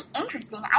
interesting